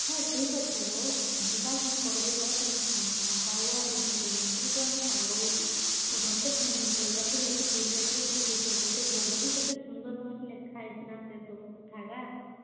ହଁ ଠିକ ଅଛି ହେଉ ଯିବା ମୁଁ କହିଲି ପରା ତୁମେ ସା ଫାଙ୍କା ହୁଅ ଆହୁରି ଦୁଇ ତିନି ଜଣଙ୍କୁ ବି କୁହ ଆମେ ସାଙ୍ଗ ହେଇକି ସମସ୍ତେ ଫ୍ୟାମିଲି ପ୍ରୋଗ୍ରାମରେ ଯାଇକି ବୁଲି ଆସିବା ସବୁ ଦେଖିଆସିବା ସେ ବହି ବି କେତେ ସୁନ୍ଦର ଭାବରେ ଲେଖା ହେଇଛି ନାଁ ସେ ସବୁ କଥା ଏକା